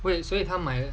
wait 所以他们